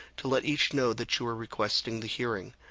to let each know that you are requesting the hearing.